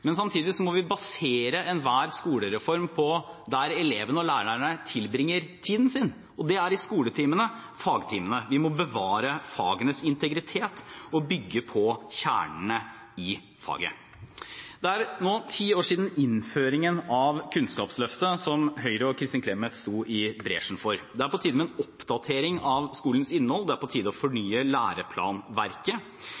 Men samtidig må vi basere enhver skolereform på der elevene og lærerne tilbringer tiden sin, og det er i skoletimene, fagtimene. Vi må bevare fagenes integritet og bygge på kjernen i faget. Det er nå ti år siden innføringen av Kunnskapsløftet, som Høyre og Kristin Clemet gikk i bresjen for. Det er på tide med en oppdatering av skolens innhold, det er på tide å